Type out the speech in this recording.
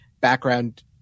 background